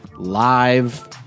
Live